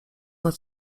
nad